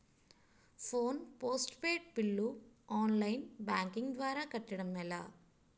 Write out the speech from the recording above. Phone postpaid bill online banking ద్వారా కట్టడం ఎలా?